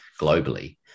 globally